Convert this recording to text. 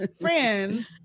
friends